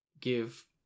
give